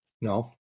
No